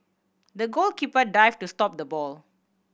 the goalkeeper dived to stop the ball